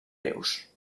rius